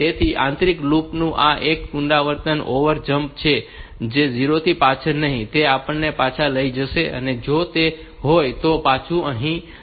તેથી આંતરિક લૂપ નું આ એક પુનરાવર્તન ઓવર જમ્પ છે 0 થી પાછળ નહીં તે આપણને પાછા લઈ જશે અને જો તે હોય તો તે પાછું અહીં છે